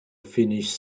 finish